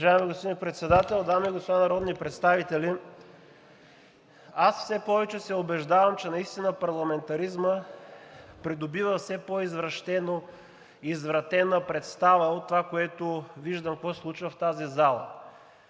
Уважаеми господин Председател, дами и господа народни представители! Аз все повече се убеждавам, че наистина парламентаризмът придобива все по-извратена представа от това, което виждам какво се случва в тази зала.